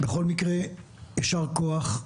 בכל מקרה, ישר כוח.